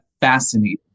fascinating